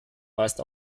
meist